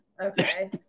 Okay